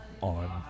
on